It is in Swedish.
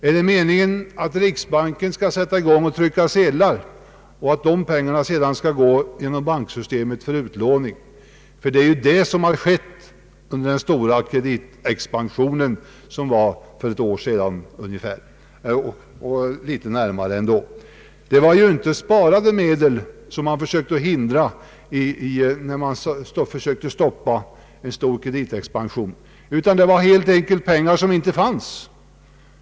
är det meningen att riksbanken skall sätta i gång med att trycka sedlar och att dessa pengar sedan genom banksystemet skall utlånas? Det var det som skedde under den stora kreditexpansionen för ungefär ett år sedan. Det var inte sparade medel som man försökte hindra en utlåning av när man ville stoppa en stor kreditexpansion, utan det var helt enkelt pengar som inte fanns.